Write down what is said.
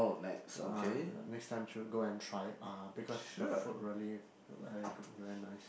uh next time should go and try uh because the food really very good very nice